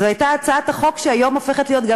זו הייתה הצעת החוק שהיום הופכת להיות גם